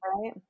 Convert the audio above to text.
Right